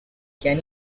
can